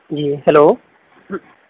جی hello